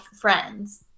friends